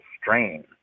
strain